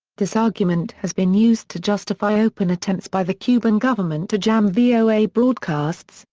this argument has been used to justify open attempts by the cuban government to jam voa broadcasts,